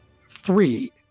three